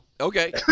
Okay